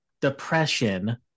depression